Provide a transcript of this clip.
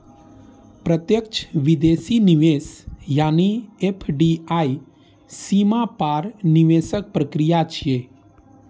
प्रत्यक्ष विदेशी निवेश यानी एफ.डी.आई सीमा पार निवेशक प्रक्रिया छियै